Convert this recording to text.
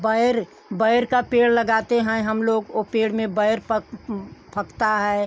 बेर बेर का पेड़ लगाते हैं हम लोग उस पेड़ में बेर पक पकता है